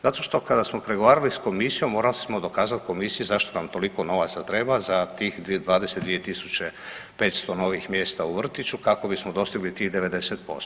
Zato što kada smo pregovarali s komisijom morali smo dokazat komisiji zašto nam toliko novaca treba za tih 22.500 novih mjesta u vrtiću kako bismo dostigli tih 90%